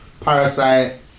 *Parasite*